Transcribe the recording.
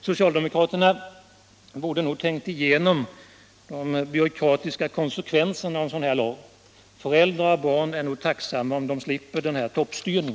Socialdemokraterna borde ha tänkt mera på de byråkratiska konsekvenserna av en sådan lag, och föräldrar och barn är nog tacksamma om de slipper en sådan här toppstyrning.